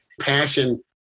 Passion